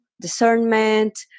discernment